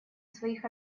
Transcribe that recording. своих